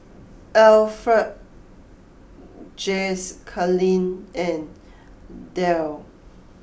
Alferd Jacalyn and Derl